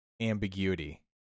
ambiguity